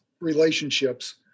relationships